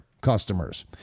customers